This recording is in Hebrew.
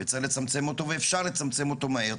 ואפשר לצמצם אותו מהר.